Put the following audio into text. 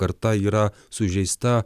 karta yra sužeista